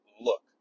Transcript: look